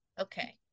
Okay